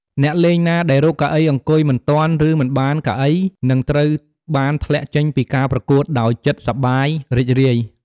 អ្នកលេងណាដែលរកកៅអីអង្គុយមិនទាន់ ឬមិនបានកៅអី នឹងត្រូវបានធ្លាក់ចេញពីការប្រកួត ដោយចិត្តសប្បាយរីករាយ។